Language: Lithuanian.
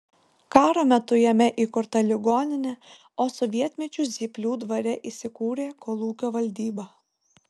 karo metu jame įkurta ligoninė o sovietmečiu zyplių dvare įsikūrė kolūkio valdyba